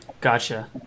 gotcha